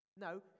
No